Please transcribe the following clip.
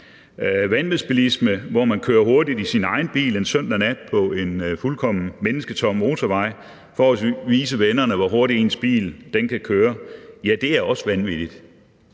Vanvidsbilisme, hvor man kører hurtigt i sin egen bil en søndag nat på en fuldkommen mennesketom motorvej for at vise vennerne, hvor hurtigt ens bil kan køre, ja, det er også vanvittigt,